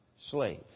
slave